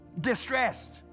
distressed